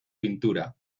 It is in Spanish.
pintura